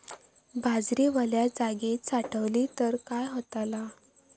बाजरी वल्या जागेत साठवली तर काय होताला?